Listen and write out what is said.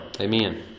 Amen